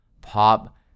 pop